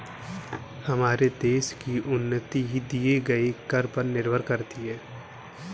हमारे देश की उन्नति दिए गए कर पर निर्भर करती है